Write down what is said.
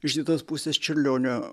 iš kitos pusės pusės čiurlionio